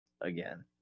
again